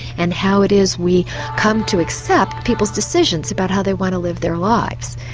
and how it is we come to accept people's decisions about how they want to live their lives.